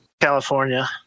California